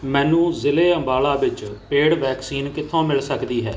ਮੈਨੂੰ ਜ਼ਿਲ੍ਹੇ ਅੰਬਾਲਾ ਵਿੱਚ ਪੇਡ ਵੈਕਸੀਨ ਕਿੱਥੋਂ ਮਿਲ ਸਕਦੀ ਹੈ